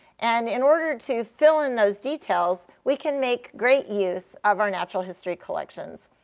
and in order to fill in those details, we can make great use of our natural history collections.